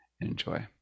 Enjoy